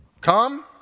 Come